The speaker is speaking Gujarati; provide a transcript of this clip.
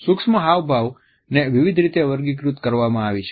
સૂક્ષ્મ હાવભાવ ને વિવિધ રીતે વર્ગીકૃત કરવામાં આવી છે